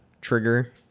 trigger